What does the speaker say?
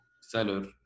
seller